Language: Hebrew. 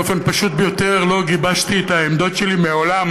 משום שבאופן פשוט ביותר לא גיבשתי את העמדות שלי מעולם